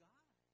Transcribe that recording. God